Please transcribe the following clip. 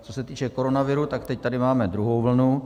Co se týče koronaviru, tak teď tady máme druhou vlnu.